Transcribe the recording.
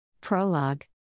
Prologue